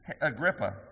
Agrippa